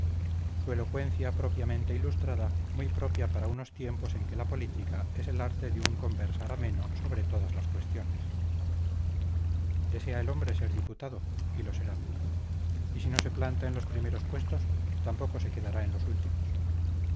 su elocuencia propiamente ilustrada muy propia para unos tiempos en que la política es el arte de un conversar ameno sobre todas las cuestiones desea el hombre ser diputado y lo será y si no se planta en los primeros puestos tampoco se quedará en los últimos